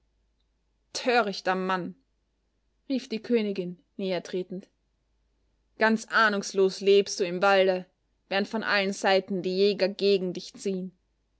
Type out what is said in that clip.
törichter mann rief die königin nähertretend ganz ahnungslos lebst du im walde während von allen seiten die jäger gegen dich ziehen